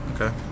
okay